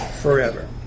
forever